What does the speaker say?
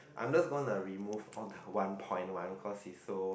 I'm just gonna remove all the one point one cause it's so